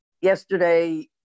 Yesterday